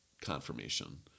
confirmation